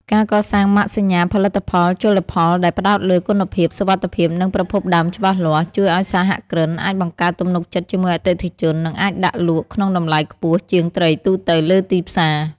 ការកសាងម៉ាកសញ្ញាផលិតផលជលផលដែលផ្ដោតលើ "គុណភាព សុវត្ថិភាព និងប្រភពដើមច្បាស់លាស់" ជួយឱ្យសហគ្រិនអាចបង្កើតទំនុកចិត្តជាមួយអតិថិជន និងអាចដាក់លក់ក្នុងតម្លៃខ្ពស់ជាងត្រីទូទៅលើទីផ្សារ។